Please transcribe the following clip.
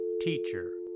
Teacher